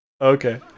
Okay